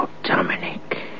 Dominic